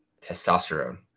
Testosterone